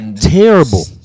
terrible